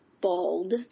bald